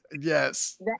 Yes